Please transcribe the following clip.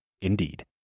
indeed